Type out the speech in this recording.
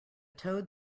toad